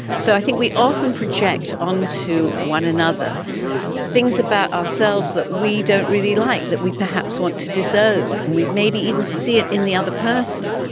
so i think we often project onto one another things about ourselves that we don't really like, that we perhaps want to disown, and we maybe even see it in the other person.